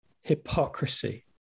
hypocrisy